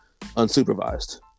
unsupervised